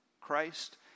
Christ